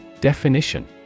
Definition